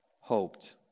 hoped